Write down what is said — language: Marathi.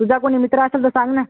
तुझा कोणी मित्र असेल तर सांग ना